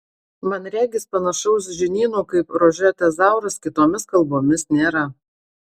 man regis panašaus žinyno kaip rože tezauras kitomis kalbomis nėra